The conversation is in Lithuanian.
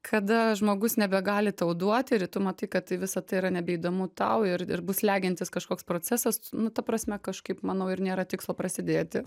kada žmogus nebegali tau duot ir tu matai kad tai visa tai yra nebeįdomu tau ir ir bus slegiantis kažkoks procesas nu ta prasme kažkaip manau ir nėra tikslo prasidėti